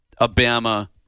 obama